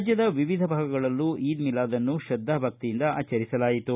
ರಾಜ್ಯದ ವಿವಿಧ ಭಾಗಗಳಲ್ಲಿ ಈದ್ ಮಿಲಾದ್ ಅನ್ನುತ್ರದ್ವಾ ಭಕ್ತಿಯಿಂದ ಆಚರಿಸಲಾಯಿತು